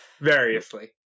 Variously